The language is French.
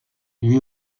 lui